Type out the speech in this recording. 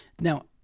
Now